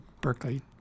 berkeley